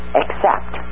accept